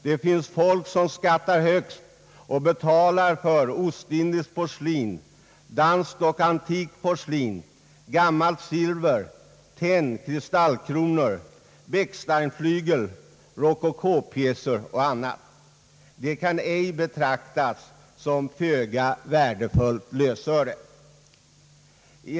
Det finns folk som högt skattar och betalar för ostindiskt porslin, danskt och antikt porslin, gammalt silver, tenn, kristallkronor, Bechsteinflygel, rokokopjäser m.m. Det kan ej betraktas som föga värdefullt lösöre.